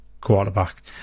quarterback